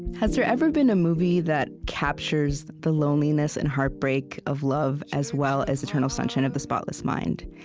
has there ever been a movie that captures the loneliness and heartbreak of love as well as eternal sunshine of the spotless mind?